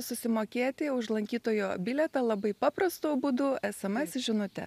susimokėti už lankytojo bilietą labai paprastu būdu esemes žinute